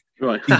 Right